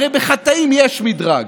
הרי בחטאים יש מדרג,